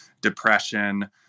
depression